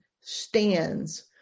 stands